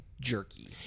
jerky